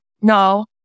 No